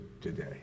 today